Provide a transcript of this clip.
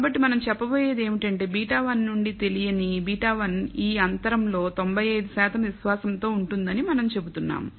కాబట్టి మనం చెప్పబోయేది ఏమిటంటే β1 నుండి తెలియని β1 ఈ అంతరంలో తొంభై ఐదు శాతం విశ్వాసంతో ఉంటుందని మనం చెబుతున్నాము